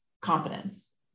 competence